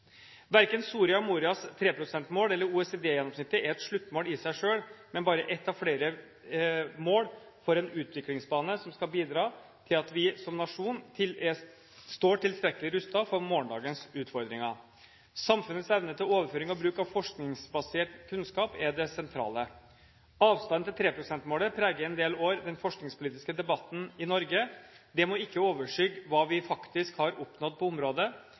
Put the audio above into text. Verken Soria Morias 3 pst.-mål eller OECD-gjennomsnittet er et sluttmål i seg selv, men bare ett av flere mål for en utviklingsbane som skal bidra til at vi som nasjon står tilstrekkelig rustet for morgendagens utfordringer. Samfunnets evne til overføring og bruk av forskningsbasert kunnskap er det sentrale. Avstanden til 3 pst.-målet preget i en del år den forskningspolitiske debatten i Norge. Det må ikke overskygge hva vi faktisk har oppnådd på området.